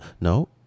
no